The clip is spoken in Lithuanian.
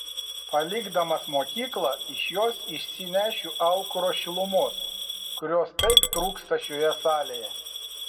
palikdamas mokyklą iš jos išsinešiu aukuro šilumos kurios taip trūksta šioje salėje